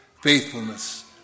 faithfulness